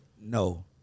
no